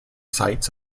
sites